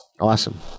Awesome